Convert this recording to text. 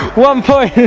one point!